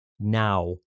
Now